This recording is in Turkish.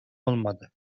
olmadı